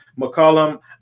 McCollum